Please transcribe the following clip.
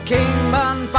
Kingman